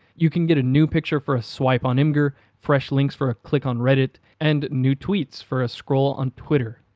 you can get a new picture for a swipe on imgur, fresh links for a click on reddit, and new tweets for a scroll on twitter.